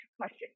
question